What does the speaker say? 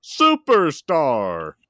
superstar